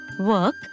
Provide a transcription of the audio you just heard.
work